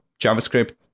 JavaScript